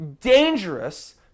dangerous